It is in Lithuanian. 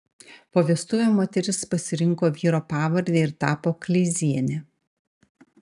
po vestuvių moteris pasirinko vyro pavardę ir tapo kleiziene